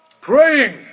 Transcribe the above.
praying